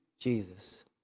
Jesus